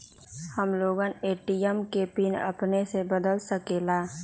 हम लोगन ए.टी.एम के पिन अपने से बदल सकेला?